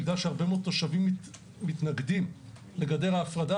בגלל שהרבה מאוד תושבים מתנגדים לגדר ההפרדה